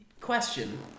Question